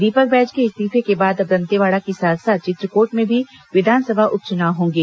दीपक बैज के इस्तीफे के बाद अब दंतेवाड़ा के साथ साथ चित्रकोट में भी विधानसभा उप चुनाव होंगे